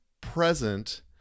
present